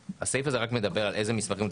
הסעיף הזה רק מדבר על איזה מסמכים הוא